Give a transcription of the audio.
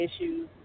issues